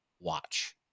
watch